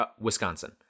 Wisconsin